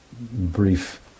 brief